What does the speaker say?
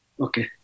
Okay